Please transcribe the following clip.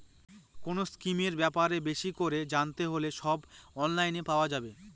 কোনো স্কিমের ব্যাপারে বেশি করে জানতে হলে সব অনলাইনে পাওয়া যাবে